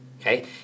okay